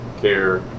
care